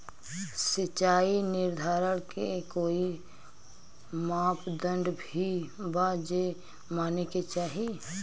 सिचाई निर्धारण के कोई मापदंड भी बा जे माने के चाही?